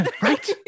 Right